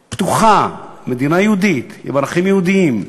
פתוחה, מדינה יהודית, עם ערכים יהודיים,